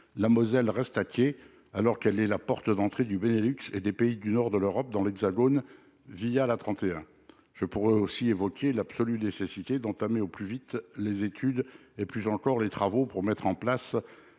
la Moselle reste à quai alors qu'elle est la porte d'entrée du Benelux et des pays du nord de l'Europe dans l'Hexagone l'A31. Je pourrais aussi évoquer l'absolue nécessité d'entamer au plus vite les études et plus encore les travaux pour mettre en place